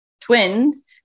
twins